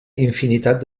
infinitat